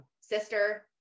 sister